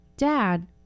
Dad